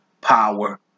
power